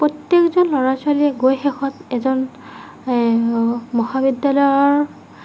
প্ৰত্যেকজন ল'ৰা ছোৱালীয়ে গৈ শেষত এজন মহাবিদ্যালয়ৰ